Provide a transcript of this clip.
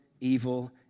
evil